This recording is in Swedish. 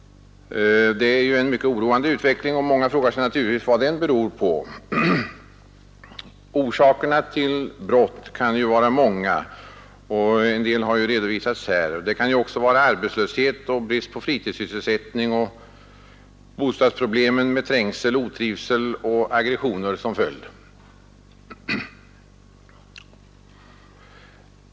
Det är en mycket oroande utveckling, och SHORE många frågar sig naturligtvis vad den beror på. Orsakerna till brott kan vara många, och en del har redovisats här. Det kan vara arbetslöshet, brist på fritidssysselsättning, bostadsproblem med trängsel, otrivsel och aggressioner som följd.